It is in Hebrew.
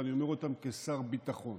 ואני אומר אותם כשר ביטחון: